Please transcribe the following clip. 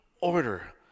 order